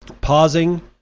Pausing